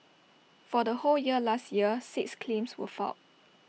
for the whole year last year six claims were filed